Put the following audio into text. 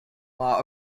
law